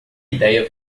ideia